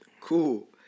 Cool